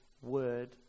word